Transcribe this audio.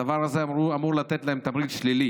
הדבר הזה אמור לתת להן תמריץ שלילי